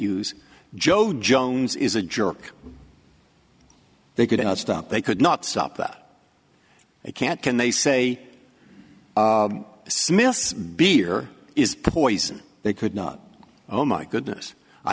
use joe jones is a jerk they could not stop they could not stop that they can't can they say smiths beer is poison they could not oh my goodness i